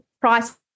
price